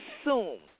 assume